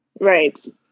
Right